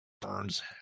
burns